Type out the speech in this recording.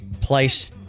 place